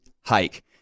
hike